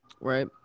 Right